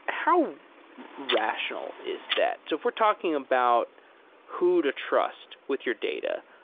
how rational is that? if we're talking about who to trust with your data,